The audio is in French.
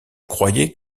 croyais